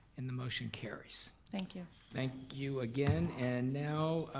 and the motion carries. thank you. thank you again and now,